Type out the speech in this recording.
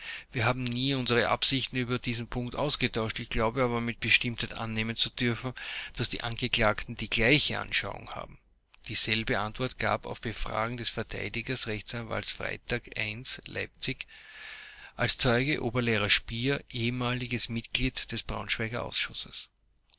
wir haben nie unsere ansichten über diesen punkt ausgetauscht ich glaube aber mit bestimmtheit annehmen zu dürfen daß die angeklagten die gleiche anschauung haben dieselbe antwort gab auf befragen des verteidigers rechtsanwalts freytag i leipzig als zeuge oberlehrer spier ehemaliges mitglied des